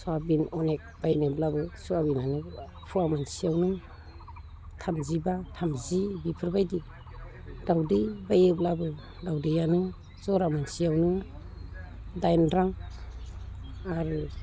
soybean अनेख बायनोब्लाबो सयाबिनानो फुवा मोनसेयावनो थामजिबा थामजि बिफोरबायदि दाउदै बायोब्लाबो दाउदैआनो जरा मोनसेयावनो दाइन रां आरो